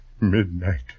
Midnight